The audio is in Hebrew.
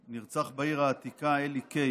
נרצח בעיר העתיקה אלי קיי,